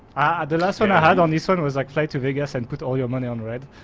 the last one i had on the sun was like fly to vegas and put all your money on red,